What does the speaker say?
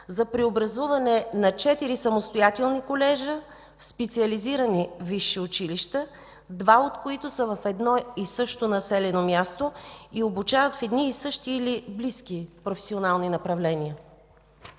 за преобразуване на четири самостоятелни колежа в специализирани висши училища, два от които са в едно и също населено място и обучават в едни и същи или близки професионални направления?